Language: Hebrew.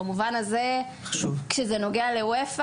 במובן הזה, כשזה נוגע ל-UEFA